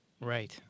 Right